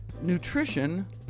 nutrition